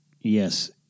Yes